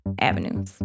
avenues